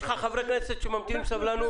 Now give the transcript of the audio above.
יש כאן חברי כנסת שממתינים בסבלנות.